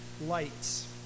lights